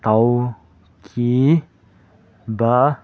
ꯇꯧꯈꯤꯕ